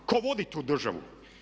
Tko vodi tu državu?